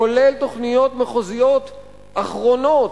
כולל תוכניות מחוזיות אחרונות,